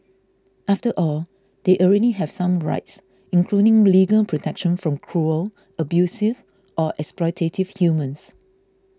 after all they already have some rights including legal protection from cruel abusive or exploitative humans